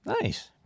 Nice